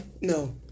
No